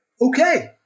okay